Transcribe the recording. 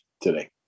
today